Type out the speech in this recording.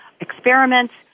experiments